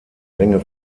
länge